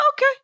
Okay